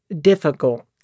difficult